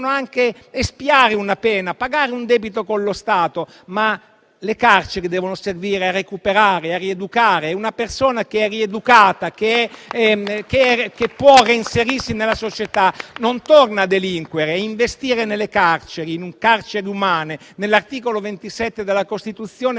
anche espiare una pena e pagare un debito con lo Stato. Ma le carceri devono servire a recuperare e a rieducare e una persona rieducata, che può reinserirsi nella società, non torna a delinquere. Investire in carceri umane, nell'articolo 27 della Costituzione,